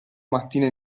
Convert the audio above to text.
mattina